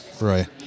right